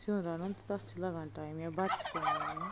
سِیُن رنُن تہٕ تتھ چھُ لگان ٹایم یا بتہٕ چھِ پیٚوان رنُن